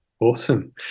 awesome